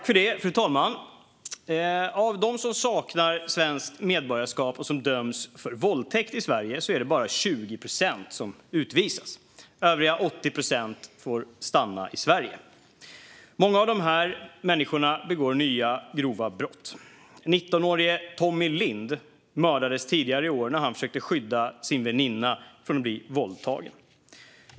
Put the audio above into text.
Fru talman! Av dem som saknar svenskt medborgarskap och som döms för våldtäkt i Sverige är det bara 20 procent som utvisas. Övriga 80 procent får stanna i Sverige. Många av dessa människor begår nya grova brott. 19årige Tommie Lindh mördades tidigare i år när han försökte skydda sin väninna från att bli våldtagen.